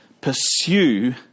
pursue